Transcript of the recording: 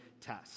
test